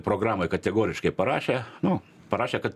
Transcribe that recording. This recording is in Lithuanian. programoj kategoriškai parašę nu parašė kad